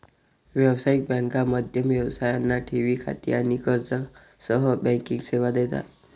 व्यावसायिक बँका मध्यम व्यवसायांना ठेवी खाती आणि कर्जासह बँकिंग सेवा देतात